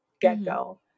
get-go